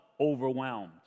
overwhelmed